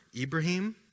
Ibrahim